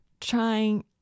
trying